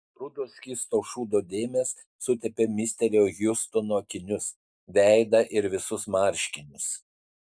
rudos skysto šūdo dėmės sutepė misterio hjustono akinius veidą ir visus marškinius